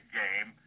game